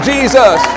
Jesus